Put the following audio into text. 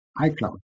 iCloud